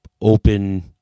open